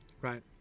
right